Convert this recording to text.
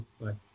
Bye